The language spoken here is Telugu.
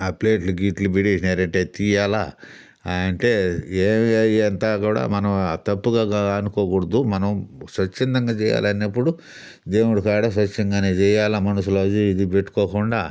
ఆ ప్లేట్లు గీట్లు పడెసినారంటే తియ్యాలా ఇంకా ఏ ఇందంతా కూడా మనం తప్పుగా అనుకోకూడదు మనం స్వచ్ఛందంగా చెయ్యాలన్నప్పుడు దేవుడికాడ స్వచ్ఛందంగానే చెయ్యాలా మనసులో అదీఇదీ పెట్టుకోకుండా